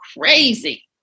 crazy